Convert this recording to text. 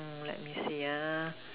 mm let me see ah